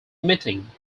meeting